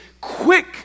quick